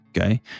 Okay